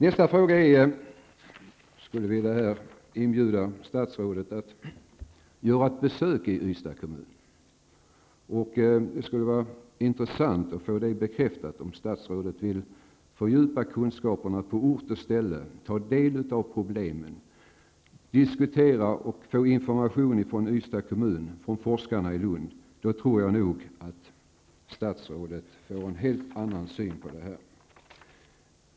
Jag skulle vilja inbjuda statsrådet till ett besök i Ystads kommun. Det skulle vara intressant att få bekräftat om statsrådet vill fördjupa kunskaperna på ort och ställe och ta del av problemen, diskutera och få information från Ystads kommun och från forskarna i Lund. Då tror jag att statsrådet får en helt annan syn på detta.